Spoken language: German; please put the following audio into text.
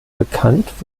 bekannt